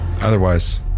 Otherwise